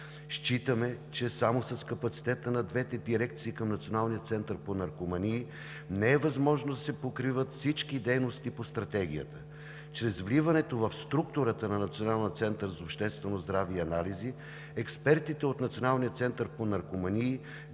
Считаме, че само с капацитета на двете дирекции към Националния център по наркомании не е възможно да се покрият всички дейности по Стратегията. Чрез вливането в структурата на Националния център по обществено здраве и анализи експертите от Националния център по наркомании